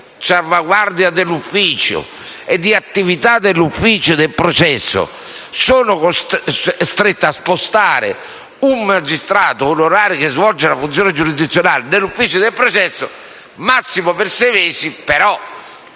di salvaguardia dell'ufficio e di attività dell'ufficio del processo, si è costretti a spostare un magistrato onorario che svolge la funzione giurisdizionale nell'ufficio del processo, al massimo per sei mesi, allora